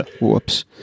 Whoops